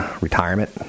retirement